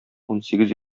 унсигез